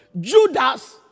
Judas